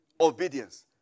obedience